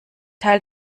teil